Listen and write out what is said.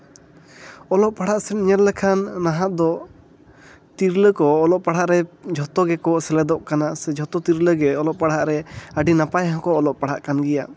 ᱚᱞᱚᱜ ᱯᱟᱲᱦᱟᱜ ᱥᱮᱫ ᱧᱮᱞ ᱞᱮᱠᱷᱟᱱ ᱱᱟᱦᱟᱜ ᱫᱚ ᱛᱤᱨᱞᱟᱹ ᱠᱚ ᱚᱞᱚᱜ ᱯᱟᱲᱦᱟᱜ ᱨᱮ ᱡᱷᱚᱛᱚ ᱜᱮᱠᱚ ᱥᱮᱞᱮᱫᱚᱜ ᱠᱟᱱᱟ ᱥᱮ ᱡᱷᱚᱛᱚ ᱛᱤᱨᱞᱟᱹ ᱜᱮ ᱚᱞᱚᱜ ᱯᱟᱲᱦᱟᱜ ᱨᱮ ᱟᱹᱰᱤ ᱱᱟᱯᱟᱭ ᱦᱚᱸᱠᱚ ᱚᱞᱚᱜ ᱯᱟᱲᱦᱟᱜ ᱠᱟᱱ ᱜᱮᱭᱟ